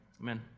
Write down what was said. Amen